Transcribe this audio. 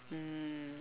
mm